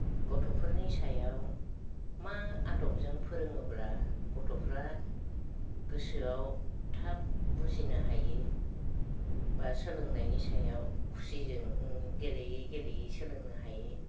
गथ'फोरनि सायाव मा आदबजों फोरोङोब्ला गथ'फोरा गोसोआव थाब बुजिनो हायो बा सोलोंनायनि सायाव खुसिजों गेलेयै गेलेयै सोलोंनो हायो